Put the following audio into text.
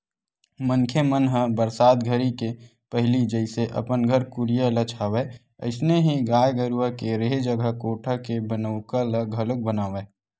मनखे मन ह बरसात घरी के पहिली जइसे अपन घर कुरिया ल छावय अइसने ही गाय गरूवा के रेहे जघा कोठा के बनउका ल घलोक बनावय